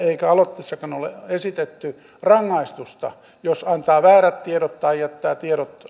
eikä aloitteessakaan nyt ole esitetty rangaistusta jos antaa väärät tiedot tai jättää tiedot